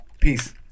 Peace